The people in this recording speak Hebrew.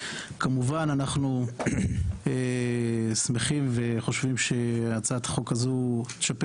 אנחנו שמחים וחושבים שהצעת החוק הזאת תשפר